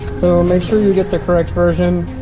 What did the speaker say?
so make sure you get the correct version